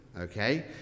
Okay